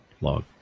log